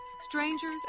strangers